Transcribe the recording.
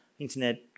Internet